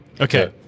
Okay